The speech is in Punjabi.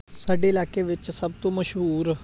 ਸਾਡੇ ਇਲਾਕੇ ਵਿੱਚ ਸਭ ਤੋਂ ਮਸ਼ਹੂਰ